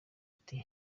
ati